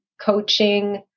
coaching